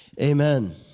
amen